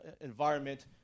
environment